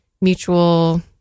mutual